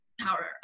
power